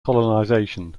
colonization